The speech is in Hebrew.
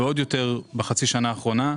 ועוד יותר בחצי השנה האחרונה,